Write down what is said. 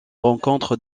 rencontres